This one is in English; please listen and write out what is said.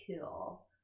cool